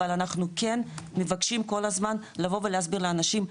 אבל אנחנו כן מבקשים כל הזמן לבוא ולהסביר לאנשים,